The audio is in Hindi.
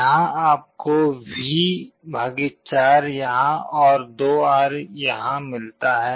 यहां आपको V 4 यहां और 2R यहां मिलता है